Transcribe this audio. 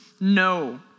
No